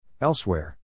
Elsewhere